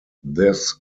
this